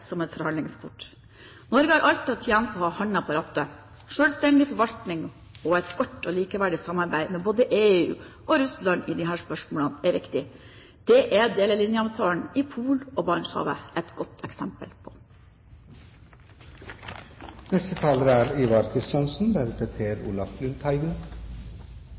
som et forhandlingskort. Norge har alt å tjene på å ha hånden på rattet. Selvstendig forvaltning og et godt og likeverdig samarbeid med både EU og Russland i disse spørsmålene er viktig. Det er delelinjeavtalen i Polhavet og Barentshavet et godt eksempel